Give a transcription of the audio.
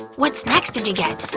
what snacks did you get?